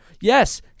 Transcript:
Yes